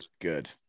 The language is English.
good